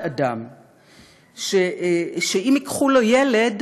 תת-אדם, שאם ייקחו לו ילד